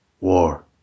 war